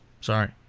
Sorry